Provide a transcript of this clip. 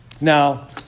Now